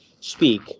speak